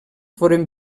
foren